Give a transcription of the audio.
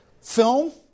film